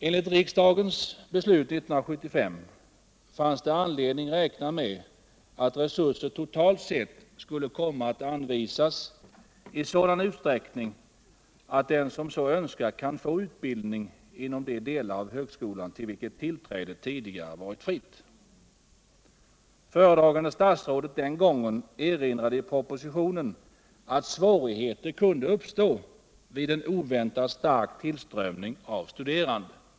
Enligt detta beslut fanns det anledning räkna med att resurser totalt sett skulle komma att anvisas i sådan utsträckning att den som så önskar kan få utbildning inom de delar av högskolan ull vilka tillträde tidigare varit fritt. Föredragande statsrådet den gången erinrade i propositionen om att svårigheter kunde uppstå vid en oväntat stark tillströmning av studerande.